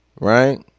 Right